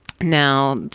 Now